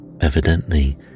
evidently